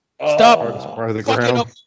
Stop